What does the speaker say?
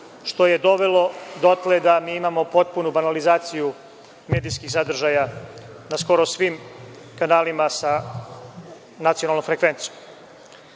što je dovelo dotle da mi imamo potpunu banalizaciju medijskih sadržaja na skoro svim kanalima sa nacionalnom frekvencijom. Drugu